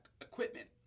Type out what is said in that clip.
equipment